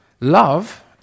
Love